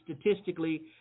statistically